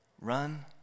Run